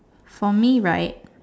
for me right